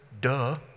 Duh